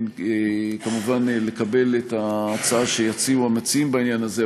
כמובן לקבל את ההצעה שיציעו המציעים בעניין הזה,